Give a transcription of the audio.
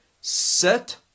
set